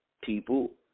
people